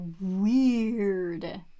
weird